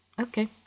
Okay